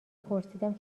پرسیدم